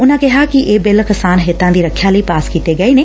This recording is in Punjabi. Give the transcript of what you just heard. ਉਨਾਂ ਕਿਹਾ ਕਿ ਇਹ ਬਿੱਲ ਕਿਸਾਨ ਹਿੱਤਾਂ ਦੀ ਰੱਖਿਆ ਲਈ ਪਾਸ ਕੀਤੇ ਗਏ ਨੇ